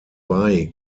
wei